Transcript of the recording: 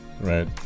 right